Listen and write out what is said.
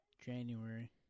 January